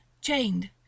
chained